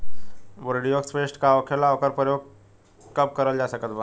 Bordeaux paste का होखेला और ओकर प्रयोग कब करल जा सकत बा?